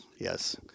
Yes